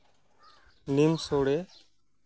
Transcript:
ᱱᱤᱢ ᱥᱳᱲᱮ